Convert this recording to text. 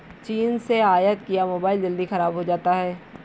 चीन से आयत किया मोबाइल जल्दी खराब हो जाता है